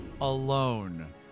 Alone